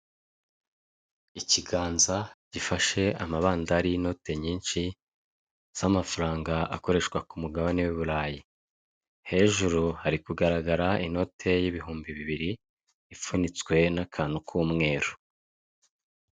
Ikiganza gifashe amabandari y'inote nyinshi z'amafaranga akoreshwa ku mugabane w'i Burayi. Hejuru hari kugaragara inote y'ibihumbi bibiri ipfunitswe n'akantu k'umweru.